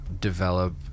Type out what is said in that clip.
develop